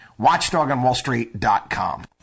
Watchdogonwallstreet.com